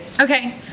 okay